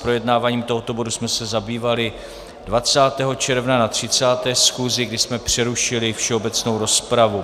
Projednáváním tohoto bodu jsme se zabývali 20. června na 30. schůzi, kdy jsme přerušili všeobecnou rozpravu.